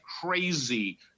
crazy